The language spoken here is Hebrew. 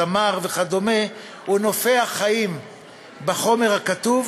זמר וכדומה הוא נופח חיים בחומר הכתוב